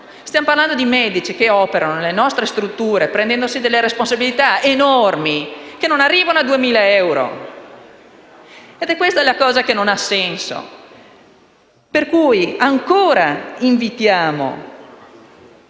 Stiamo parlando di medici, che operano nelle nostre strutture prendendosi delle responsabilità enormi, che non arrivano a 2.000 euro. È questa la cosa che non ha senso. Pertanto, ci auguriamo